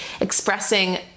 expressing